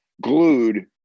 glued